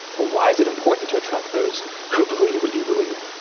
but why is it important to attract those who believe what you believe?